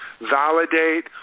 validate